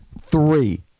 three